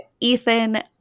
Ethan